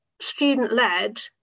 student-led